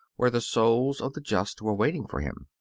where the souls of the just were waiting for him.